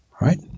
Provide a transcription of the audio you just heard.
right